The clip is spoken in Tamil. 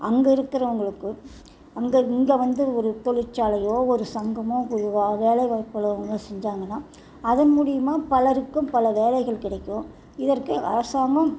அங்கே இருக்கிறவங்களுக்கு அங்கே இங்கே வந்து ஒரு தொழிற்சாலையோ ஒரு சங்கமோ வேலைவாய்ப்புகளை அவங்க செஞ்சாங்கன்னா அதன் மூலியுமா பலருக்கும் பல வேலைகள் கிடைக்கும் இதற்கு அரசாங்கம்